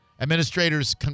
Administrators